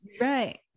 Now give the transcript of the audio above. right